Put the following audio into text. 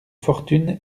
fortune